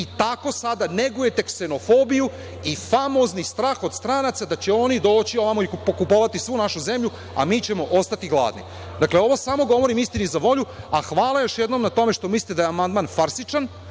I tako sada negujete ksenofobiju i famozni strah od stranaca da će oni doći ovamo i pokupovati svu našu zemlju, a mi ćemo ostati gladni. Dakle, ovo samo govorim istini za volju, a hvala još jednom na tome što mislite da je amandman farsičan